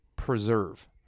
preserve